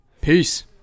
Peace